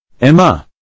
Emma